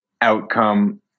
outcome